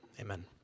Amen